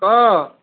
অ